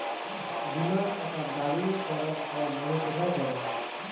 বীমার টাকা দাবি করার ফর্ম আমি কোথায় পাব?